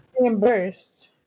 reimbursed